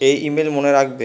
এই ইমেল মনে রাখবে